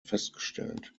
festgestellt